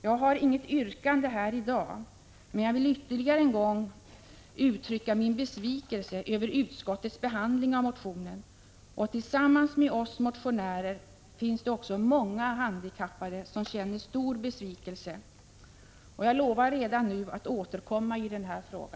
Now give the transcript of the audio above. Jag har inget yrkande här i dag, men jag vill ytterligare en gång uttrycka min besvikelse över utskottets behandling av motionen. Tillsammans med oss motionärer finns det också många handikappade som känner stor besvikelse. Jag lovar redan nu att återkomma i denna fråga.